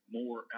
more